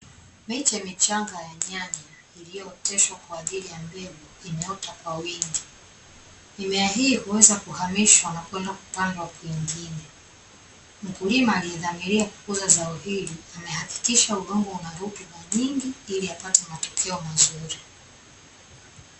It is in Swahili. Miche michanga ya nyanya, iliyooteshwa kwaajili ya mbegu, imeota kwa wingi. Mimea hii huweza kuhamishwa na kwenda kupandwa kwingine. Mkulima aliyedhamiria kukuza zao hili, amehakikisha udongo una rutuba nyingi, ili apate matokeo mazuri.